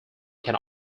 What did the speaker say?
can